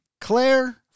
Claire